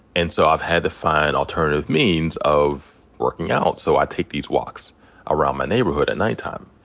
and so i've had to find alternative means of working out. so i take these walks around my neighborhood at nighttime.